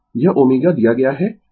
यह ω दिया गया है